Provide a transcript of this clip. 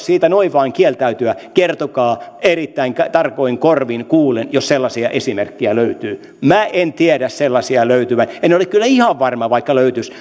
siitä noin vain kieltäytyä niin kertokaa erittäin tarkoin korvin kuulen jos sellaisia esimerkkejä löytyy minä en tiedä sellaisia löytyvän en ole kyllä ihan varma vaikka löytyisi